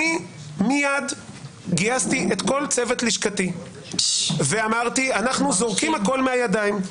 מיד גייסתי את כל צוות לשכתי ואמרתי: אנחנו זורקים הכול מהידיים.